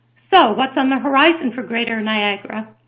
so what's on the horizon for greater niagara?